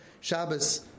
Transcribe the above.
Shabbos